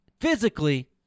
physically